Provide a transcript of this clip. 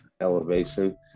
elevation